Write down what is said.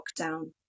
lockdown